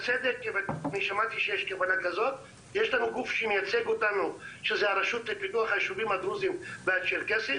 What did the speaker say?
יש לנו גוף שמייצג אותנו שהוא הרשות לפיתוח היישובים הדרוזים והצ'רקסים,